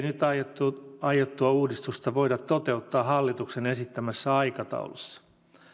nyt aiottua uudistusta voida toteuttaa hallituksen esittämässä aikataulussa